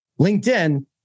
LinkedIn